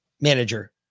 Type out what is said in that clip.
manager